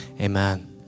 amen